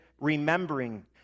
remembering